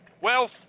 Wealth